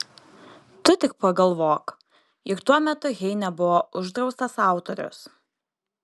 tu tik pagalvok juk tuo metu heine buvo uždraustas autorius